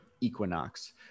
equinox